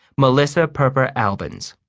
melissa perper albans